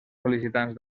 sol·licitants